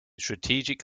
strategic